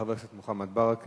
תודה רבה לחבר הכנסת מוחמד ברכה.